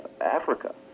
Africa